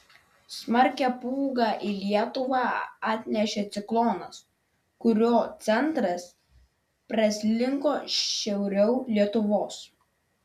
smarkią pūgą į lietuvą atnešė ciklonas kurio centras praslinko šiauriau lietuvos